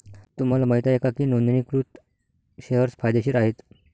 तुम्हाला माहित आहे का की नोंदणीकृत शेअर्स फायदेशीर आहेत?